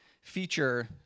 feature